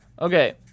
Okay